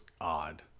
odd